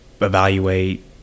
evaluate